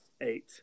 Eight